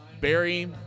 Barry